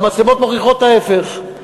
והמצלמות מוכיחות ההפך,